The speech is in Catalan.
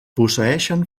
posseeixen